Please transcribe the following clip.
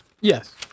Yes